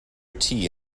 tea